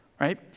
right